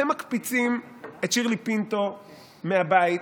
אתם מקפיצים את שירלי פינטו מהבית,